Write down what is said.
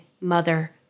mother